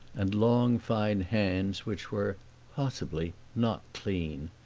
and long fine hands which were possibly not clean.